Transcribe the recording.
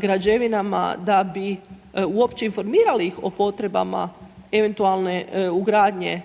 građevinama da bi uopće informirali ih o potrebama eventualne ugradnje